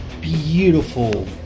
beautiful